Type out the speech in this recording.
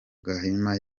gahima